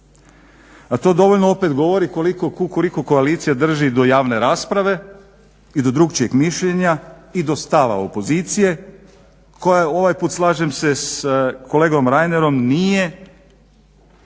a to dovoljno opet govori koliko Kukuriku koalicija drži do javne rasprave i do drukčijeg mišljenja i do stava opozicije koja je ovaj puta slažem se s kolegom Reinerom nije